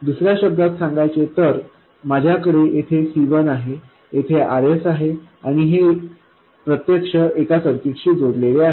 दुसऱ्या शब्दात सांगायचे तर माझ्याकडे येथे C1 आहे येथे RS आहे आणि हे प्रत्यक्षात एका सर्किट शी जोडलेले आहे